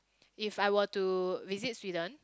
if I were to visit Sweden